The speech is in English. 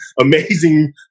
amazing